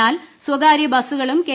എന്നാൽ സ്വകാര്യ ബസുകളും കെ